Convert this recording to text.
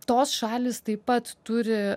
tos šalys taip pat turi